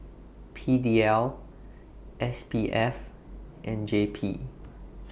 P D L S P F and J P